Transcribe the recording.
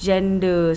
Gender